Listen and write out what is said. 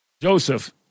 Joseph